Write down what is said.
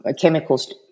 chemicals